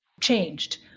changed